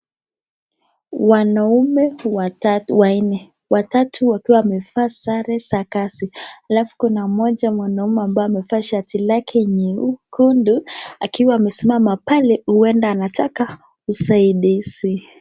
Wanaume watatu wanne, watatu wakiwa wamevaa sare za kazi. Alafu kuna mmoja mwanaume ambaye amevaa shati lake nyekundu akiwa amesimama pale huenda anataka usaidizi.